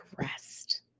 rest